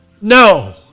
No